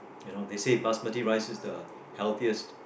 you know they say basmati rice is the healthiest